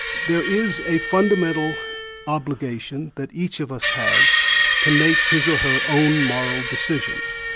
there is a fundamental obligation that each of us has to make his or her own moral decisions.